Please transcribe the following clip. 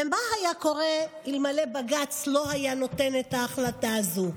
ומה היה קורה אלמלא בג"ץ היה נותן את ההחלטה הזו?